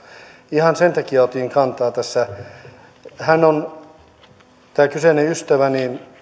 ihan sen takia otin kantaa tässä tämä kyseinen ystävä